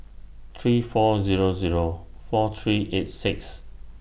three four Zero Zero four three eight six